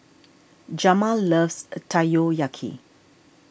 Jamal loves